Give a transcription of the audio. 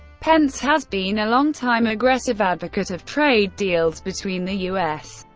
pence has been a longtime, aggressive advocate of trade deals between the u s.